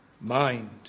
mind